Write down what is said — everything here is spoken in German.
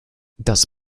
das